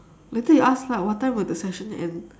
later you ask lah what time will the session end